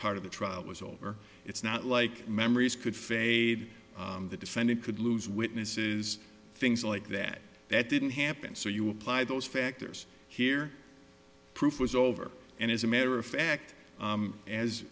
part of the trial was over it's not like memories could fade the defendant could lose witnesses things like that that didn't happen so you apply those factors here proof was over and as a matter of fact as as